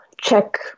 check